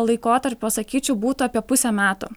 laikotarpio sakyčiau būtų apie pusę metų